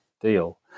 deal